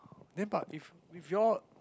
then but if if your